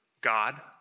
God